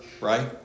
Right